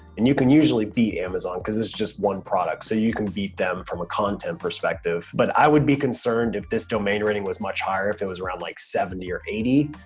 and you can usually beat amazon cause this is just one product. so you can beat them from a content perspective. but i would be concerned if this domain rating was much higher. if it was around like seventy or eighty,